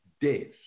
days